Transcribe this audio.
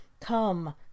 come